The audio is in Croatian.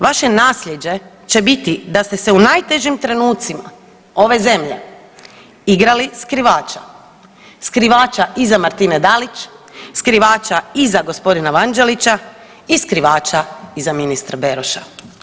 Vaše naslijeđe će biti da ste se u najtežim trenucima ove zemlje igrali skrivača, skrivača iza Martine Dalić, skrivača iza gospodina Vanđelića i skrivača iza ministra Beroša.